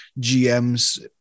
GMs